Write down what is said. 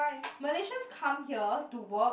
Malaysians come here to work